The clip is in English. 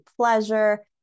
pleasure